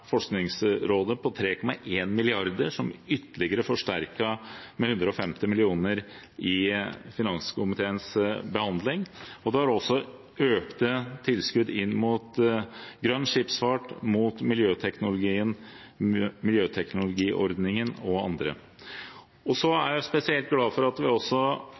Forskningsrådet på 3,1 mrd. kr, som ble ytterligere forsterket med 150 mill. kr i finanskomiteens behandling. Det er også økte tilskudd til grønn skipsfart, miljøteknologiordningen og andre. Så er jeg spesielt glad for at vi nå også